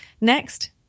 Next